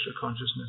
consciousness